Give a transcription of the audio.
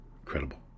Incredible